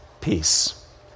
peace